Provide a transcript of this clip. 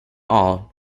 all